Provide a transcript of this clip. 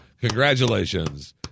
Congratulations